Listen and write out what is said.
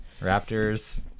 raptors